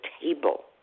table